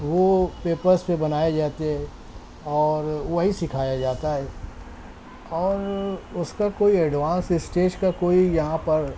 وہ پیپرس پہ بنائے جاتے ہیں اور وہی سکھایا جاتا ہے اور اس کا کوئی ایڈوانس اسٹیج کا کوئی یہاں پر